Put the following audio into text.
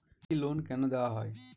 কৃষি লোন কেন দেওয়া হয়?